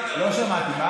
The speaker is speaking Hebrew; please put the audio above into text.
לא שמעתי.